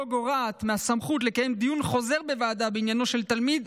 גורעת מהסמכות לקיים דיון חוזר בוועדה בעניינו של תלמיד,